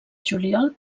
juliol